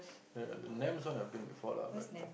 the the names have been before lah but